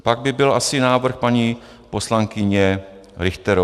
Pak by byl asi návrh paní poslankyně Richterové.